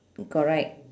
correct